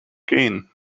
gain